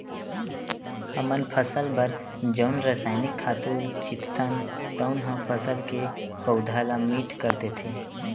हमन फसल बर जउन रसायनिक खातू छितथन तउन ह फसल के पउधा ल मीठ कर देथे